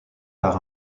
par